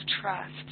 trust